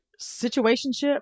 situationship